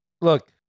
Look